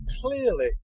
clearly